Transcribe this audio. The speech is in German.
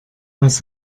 was